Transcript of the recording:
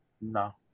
No